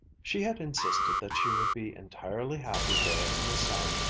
she had insisted that she would be entirely happy there in the sun,